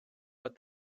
but